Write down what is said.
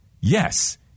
Yes